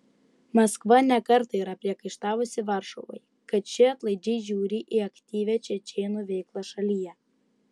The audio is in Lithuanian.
maskva ne kartą yra priekaištavusi varšuvai kad ši atlaidžiai žiūri į aktyvią čečėnų veiklą šalyje